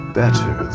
better